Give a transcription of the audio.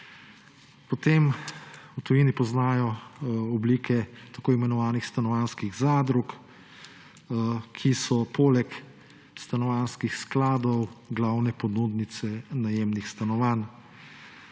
merah. V tujini poznajo oblike tako imenovanih stanovanjskih zadrug, ki so poleg stanovanjskih skladov glavne ponudnice najemnih stanovanj.